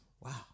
wow